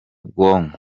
bwonko